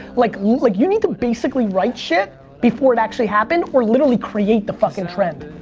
like like you need to basically write shit before it actually happened or literally create the fucking trend.